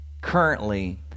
currently